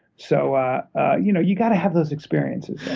so you know, you've got to have those experiences.